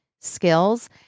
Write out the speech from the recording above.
skills